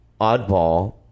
oddball